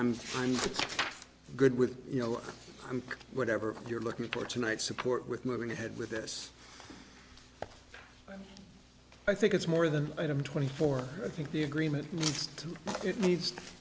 i'm good with you know whatever you're looking for tonight support with moving ahead with this i think it's more than twenty four i think the agreement it needs